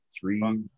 three